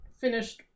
finished